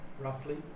roughly